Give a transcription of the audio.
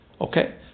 Okay